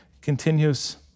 Continues